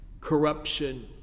corruption